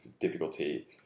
difficulty